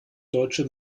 deutsche